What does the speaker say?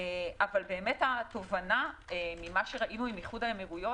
אבל התובנה ממה שראינו עם איחוד האמירויות